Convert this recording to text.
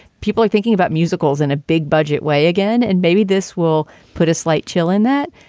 people are thinking about musicals in a big budget way again, and maybe this will put a slight chill in that.